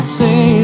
say